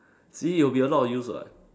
see it'll be a lot of use [what]